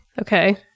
Okay